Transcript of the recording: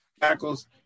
tackles